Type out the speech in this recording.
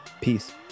peace